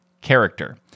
character